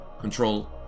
control